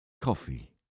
Coffee